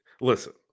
listen